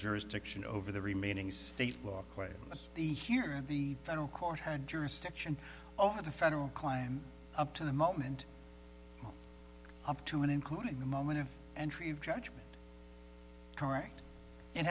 jurisdiction over the remaining state law quaintness the here and the federal court had jurisdiction over the federal climb up to the moment up to and including the moment of entry of judgment correct and